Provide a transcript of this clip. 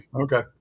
Okay